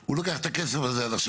שהוא לוקח את הכסף הזה עכשיו,